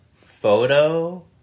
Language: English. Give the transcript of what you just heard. photo